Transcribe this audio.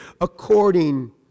according